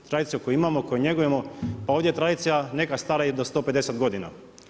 Tradicija koju imamo, koju njegujemo, pa ovdje je tradicija neka stara i do 150 godina.